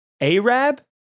Arab